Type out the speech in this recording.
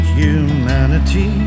humanity